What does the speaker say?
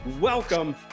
Welcome